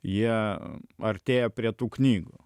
jie artėja prie tų knygų